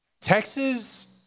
Texas